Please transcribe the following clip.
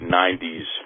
90s